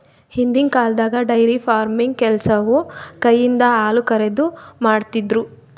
ಹಿಂದಿನ್ ಕಾಲ್ದಾಗ dairy farming ಕೆಲಸವು ಕೈಯಿಂದ ಹಾಲುಕರೆದು, ಮಾಡ್ತಿರು